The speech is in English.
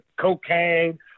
cocaine